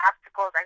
obstacles